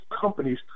companies